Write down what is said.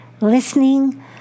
listening